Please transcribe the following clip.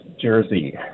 jersey